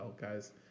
guys